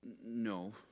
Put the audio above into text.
no